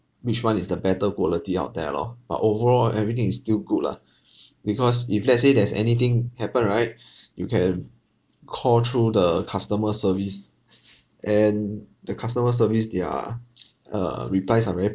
which one is the better quality out there lor but overall everything is still good lah because if let's say there's anything happen right you can call through the customer service and the customer service their err replies are very